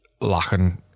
lacking